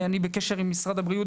אני בקשר עם משרד הבריאות,